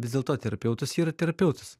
vis dėlto terapeutas yra terapeutas